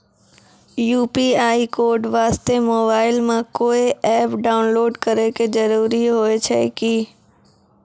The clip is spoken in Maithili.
यु.पी.आई कोड वास्ते मोबाइल मे कोय एप्प डाउनलोड करे के जरूरी होय छै की?